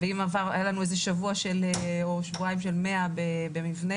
ואם היה לנו שבוע או שבועיים של 100 במבנה,